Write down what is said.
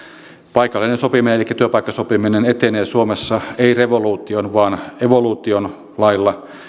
paikallinen sopiminen elikkä työpaikkasopiminen etenee suomessa ei revoluution vaan evoluution lailla